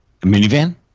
minivan